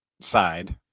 side